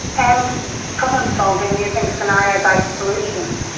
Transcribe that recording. and problem-solving using scenario-based solutions,